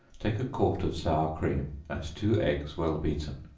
take a quart of sour cream, and two eggs well beaten,